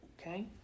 Okay